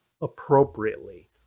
appropriately